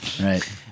right